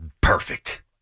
Perfect